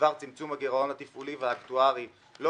בדבר צמצום הגירעון התפעולי והאקטוארי לא